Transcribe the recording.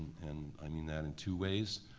and i mean that in two ways.